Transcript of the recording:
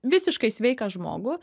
visiškai sveiką žmogų